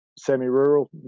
semi-rural